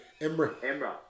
Emra